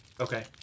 Okay